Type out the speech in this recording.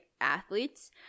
athletes